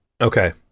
Okay